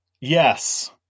Yes